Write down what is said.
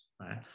right